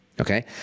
Okay